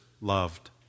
loved